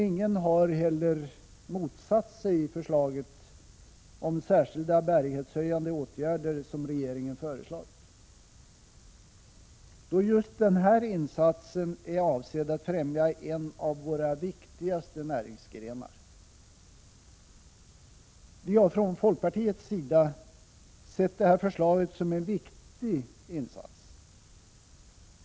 Ingen har heller motsatt sig regeringens förslag om särskilda bärighetshöjande åtgärder, då ju denna insats är avsedd att främja en av våra viktigaste näringsgrenar. Vi har från folkpartiets sida sett detta förslag som en viktig insats.